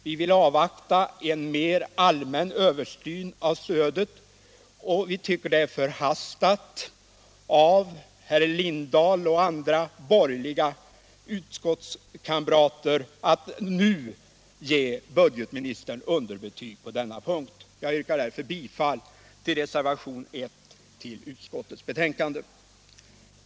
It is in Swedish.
Vi vill avvakta en mer allmän översyn uu av stödet, och vi tycker det är förhastat av herr Lindahl och andra bor gerliga utskottskamrater att nu ge budgetministern underbetyg på denna punkt. Jag yrkar därför bifall till reservationen 1 till utskottets betänkande.